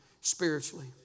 spiritually